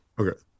okay